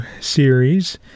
series